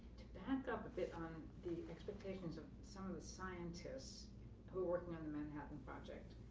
back up a bit on the expectations of some of the scientists who were working on the manhattan project,